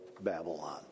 Babylon